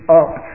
up